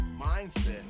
mindset